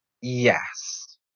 Yes